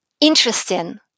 interesting